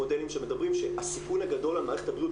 איפה שיש התפרצות של המגפה.